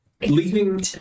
Leaving